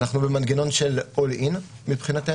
אנחנו במנגנון של all in מבחינתנו.